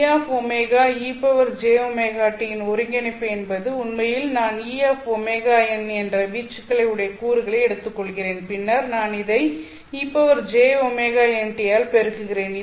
Eω ejωt இன் ஒருங்கிணைப்பு என்பது உண்மையில் நான் Eωn என்ற வீச்சுகளை உடைய கூறுகளை எடுத்துக்கொள்கிறேன் பின்னர் நான் இதை ejωnt ஆல் பெருக்குகிறேன்